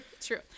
true